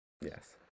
Yes